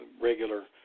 regular